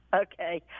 Okay